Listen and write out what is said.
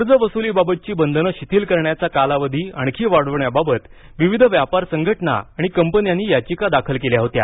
कर्जवसुलीबाबतची बंधनं शिथिल करण्याचा सहा महिन्यांचा कालावधी आणखी वाढवण्याबाबत विविध व्यापार संघटना आणि कंपन्यांनी याचिका दाखल केल्या होत्या